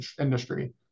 industry